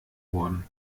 worden